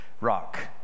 rock